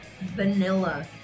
Vanilla